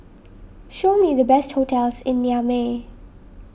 show me the best hotels in Niamey